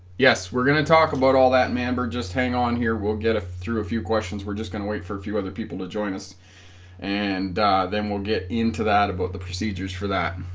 yes we're going to talk about all that man burr just hang on here we'll get it through a few questions we're just going to wait for a few other people to join us and then we'll get into that about the procedures for that